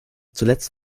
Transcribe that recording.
zuletzt